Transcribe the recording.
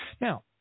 Now